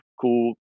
cool